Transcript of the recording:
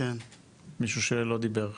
מישהו שלא דיבר.